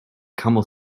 camel